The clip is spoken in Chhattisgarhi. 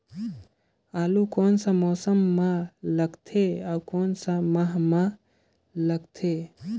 आलू कोन सा मौसम मां लगथे अउ कोन सा माह मां लगथे?